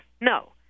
No